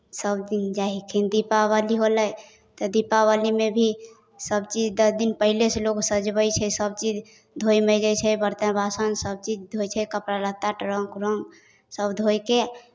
सभ दिन जायखिन दीपावली होलै तऽ दीपावलीमे भी सभचीज दस दिन पहिलेसँ लोक सजबै छै सभचीज धोइ मँजै छै बरतन बासन सभचीज धोइ छै कपड़ा लत्ता ट्रंक व्रंक सभ धोए कऽ